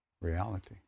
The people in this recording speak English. reality